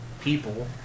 people